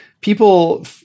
people